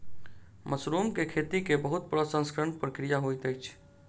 mushroom के खेती के बहुत प्रसंस्करण प्रक्रिया होइत अछि